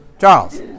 Charles